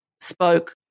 spoke